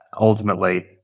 ultimately